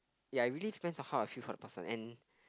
ya it really depends on how I feel for the person and